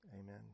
Amen